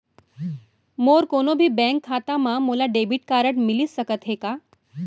मोर कोनो भी बैंक खाता मा मोला डेबिट कारड मिलिस सकत हे का?